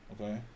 Okay